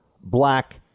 black